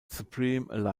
supreme